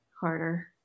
harder